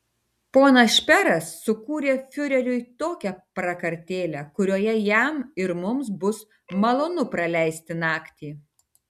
ponas šperas sukūrė fiureriui tokią prakartėlę kurioje jam ir mums bus malonu praleisti naktį